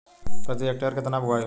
प्रति हेक्टेयर केतना बुआई होला?